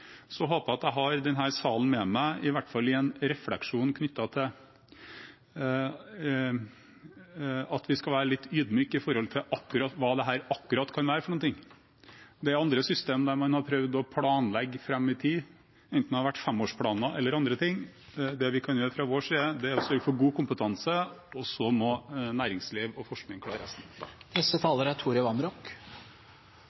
Så håper jeg at jeg har denne salen med meg i hvert fall i en refleksjon knyttet til at vi skal være litt ydmyke med tanke på hva dette akkurat kan være. Det er andre systemer der man har prøvd å planlegge fram i tid, enten det har vært femårsplaner eller andre ting. Det vi kan gjøre fra vår side, er å sørge for god kompetanse, og så må næringsliv og forskning klare resten.